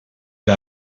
que